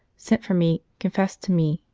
sent for me, confessed to me,